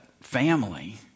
family